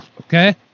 Okay